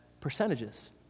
Percentages